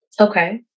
Okay